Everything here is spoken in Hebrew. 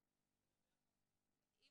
אנחנו יכולים לדבר ביחד?